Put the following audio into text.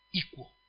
equal